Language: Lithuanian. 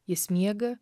jis miega